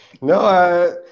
No